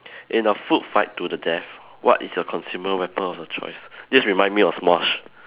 in a food fight to the death what is your consumable weapon of your choice this reminds me of Smosh